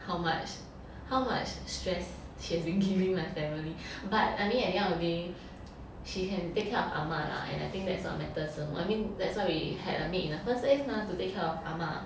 how much how much stress she has been giving my family but I mean at the end of the day she can take care of ah ma lah and I think that's what matters the most I mean that's why we have a maid in the first place mah to take care of ah ma